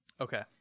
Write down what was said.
Okay